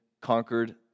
conquered